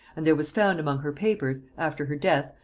and there was found among her papers, after her death,